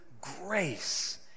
grace